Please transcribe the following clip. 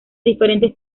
diferentes